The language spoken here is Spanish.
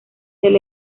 del